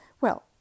Well